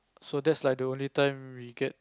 so that's like the only time we get